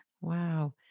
Wow